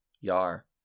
yar